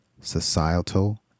societal